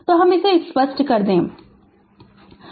तो हम स्पष्ट कर दे